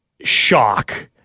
shock